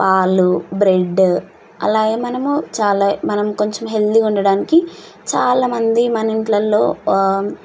పాలు బ్రెడ్ అలాగే మనము చాలా మనం కొంచెం హెల్తీగా ఉండడానికి చాలామంది మన ఇండ్లల్లో